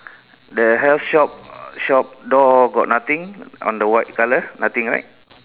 the health shop shop door got nothing on the white colour nothing right